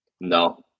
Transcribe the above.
No